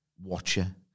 Watcher